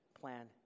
plan